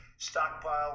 stockpile